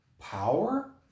power